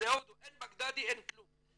אין בגדדי, אין כלום.